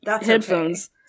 headphones